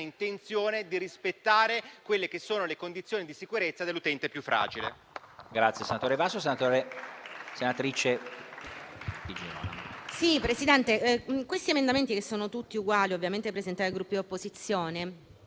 intenzione di rispettare le condizioni di sicurezza dell'utente più fragile.